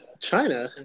China